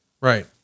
Right